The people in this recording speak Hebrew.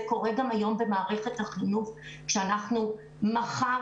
זה קורה גם היום במערכת החינוך כשאנחנו מחר